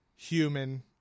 Human